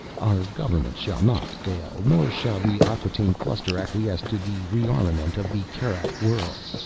our government shall not fall, nor shall the acquataine cluster acquiesce to the rearmament of the kerak worlds.